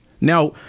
Now